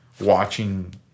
watching